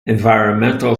environmental